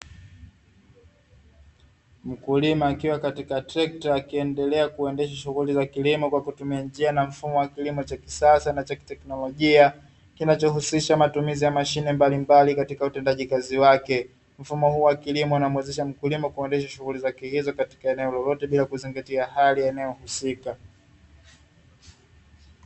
Mkulima akiwa katika tekta, akiendelea kuendesha shughuli za kilimo kwa kutumia njia na mfumo wa kisasa na cha kiteknolojia, kinachohusisha matumizi ya mashine mbalimbali katika utendaji kazi wake. Mfumo huu wa kilimo unamuwezesha mkulima kuendesha shughuli za kilimo katika eneo lolote, bila ya kuzingatia hali ya eneo husika.